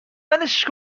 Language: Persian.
ولش